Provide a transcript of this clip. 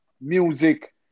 music